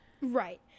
Right